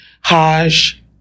Hajj